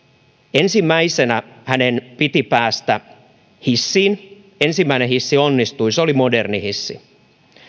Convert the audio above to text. ensimmäisenä hänen piti päästä hissiin ensimmäinen hissi onnistui se oli moderni hissi